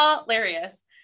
hilarious